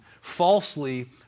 falsely